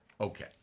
Okay